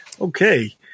Okay